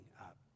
Up